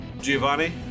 Giovanni